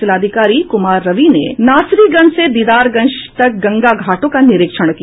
जिलाधिकारी कुमार रवि ने नासरीगंज से दीदारगंज तक गंगा घाटों का निरीक्षण किया